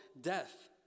death